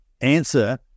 answer